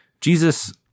Jesus